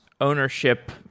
ownership